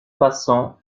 passant